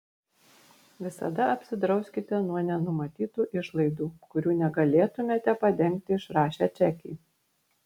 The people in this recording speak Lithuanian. visada apsidrauskite nuo nenumatytų išlaidų kurių negalėtumėte padengti išrašę čekį